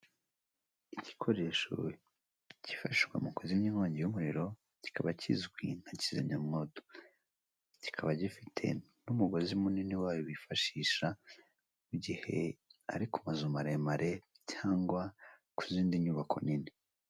Igikoresho kifashishwa mu kuzimya inkongi y'umuriro, kikaba kizwi nka kizimyamwoto kikaba gifite n'umugozi munini wayo bifashisha mu gihe ari ku mazu maremare cyangwa ku zindi nyubako nini.